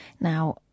Now